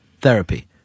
therapy